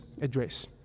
address